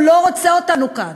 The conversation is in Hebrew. הוא לא רוצה אותנו כאן.